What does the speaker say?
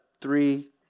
three